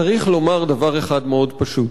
צריך לומר דבר אחד מאוד פשוט,